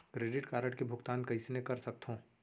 Credit card के भुगतान कइसने कर सकथो?